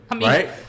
Right